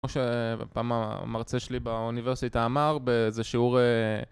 כמו שפעם המרצה שלי באוניברסיטה אמר באיזה שיעור